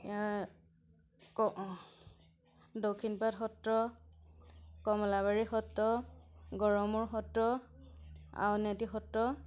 Dakshinpat Satra Kamalabari Satra Garmur Satra Auniati Satra